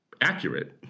accurate